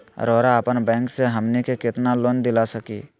रउरा अपन बैंक से हमनी के कितना लोन दिला सकही?